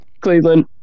Cleveland